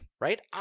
Right